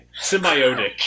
Symbiotic